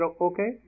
okay